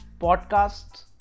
podcasts